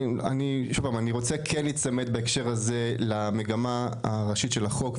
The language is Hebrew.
אני כן רוצה בהקשר הזה להיצמד למגמה הראשית של החוק,